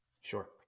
Sure